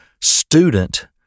student